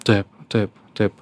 taip taip taip